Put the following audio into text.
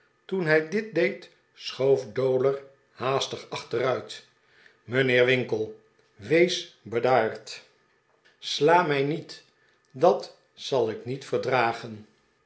toen hij dit deed schoof dowler haastig achteruit mijnheer winkle wees bedaard sla mij niet dat zal ik niet verdragen